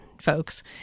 folks